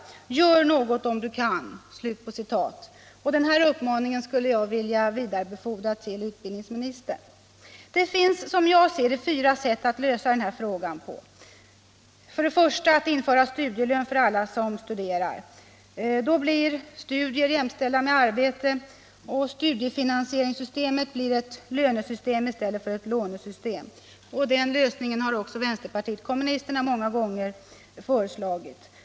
Gör något om du kan.” Den här uppmaningen skulle jag vilja vidarebefordra till utbildnings Det finns, som jag ser det, fyra sätt att lösa det här problemet på. För det första kan man införa studielön för alla som studerar. Då blir studier jämställda med arbete, och studiefinansieringssystemet blir ett lönesystem i stället för ett lånesystem. Den lösningen har också vänsterpartiet kommunisterna många gånger föreslagit.